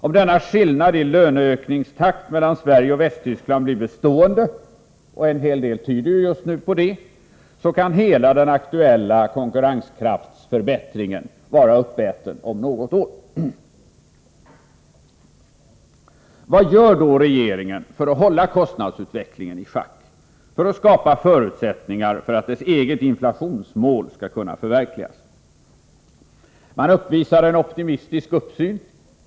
Om denna skillnad i löneökningstakt mellan Sverige och Västtyskland blir bestående — och en hel del tyder på det — så kan hela den aktuella konkurrenskraftsförbättringen vara uppäten om något år. Vad gör då regeringen för att hålla kostnadsutvecklingen i schack, för att skapa förutsättningar för att dess eget inflationsmål skall kunna förverkligas? Jo, man visar en optimistisk uppsyn.